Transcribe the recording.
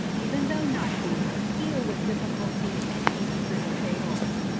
even though not deep, heal with difficulty, and even prove fatal.